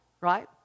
right